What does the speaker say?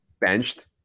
benched